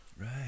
Right